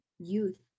youth